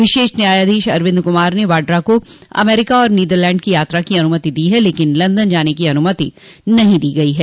विशेष न्यायाधीश अरविंद कुमार ने वाड्रा को अमरीका और नीदरलैंड की यात्रा की अनुमति दी है लेकिन लंदन जाने की अनुमति नहीं दी है